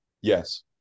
Yes